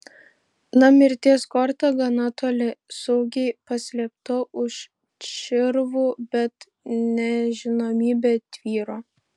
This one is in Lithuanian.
na mirties korta gana toli saugiai paslėpta už čirvų bet nežinomybė tvyro